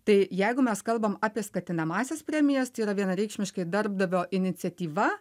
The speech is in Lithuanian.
tai jeigu mes kalbam apie skatinamąsias premijas tai yra vienareikšmiškai darbdavio iniciatyva